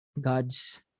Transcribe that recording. God's